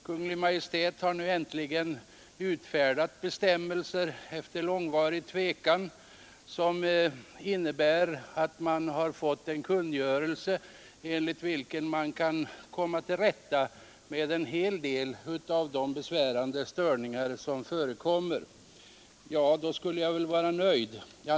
Kungl. Maj:t har nu äntligen, efter långvarig tvekan, utfärdat en kungörelse enligt vilken man kan komma till rätta med en hel del av de besvärande störningar som förekommer. Ja, då skulle jag väl vara nöjd.